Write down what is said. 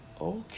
Okay